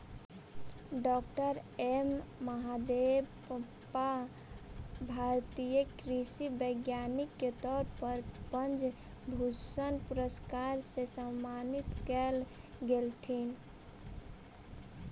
डॉ M Mahadevappa भारतीय कृषि वैज्ञानिक के तौर पर पद्म भूषण पुरस्कार से सम्मानित कएल गेलथीन